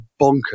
bonkers